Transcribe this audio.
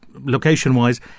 location-wise